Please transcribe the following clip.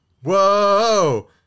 Whoa